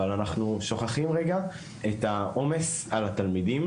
אנחנו שוכחים לרגע את העומס על התלמיד.